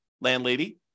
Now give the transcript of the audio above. landlady